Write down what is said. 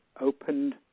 opened